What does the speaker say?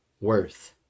worth